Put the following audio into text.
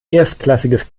erstklassiges